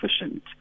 efficient